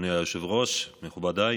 אדוני היושב-ראש, מכובדיי,